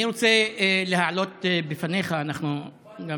אני רוצה להעלות בפניך, אנחנו גם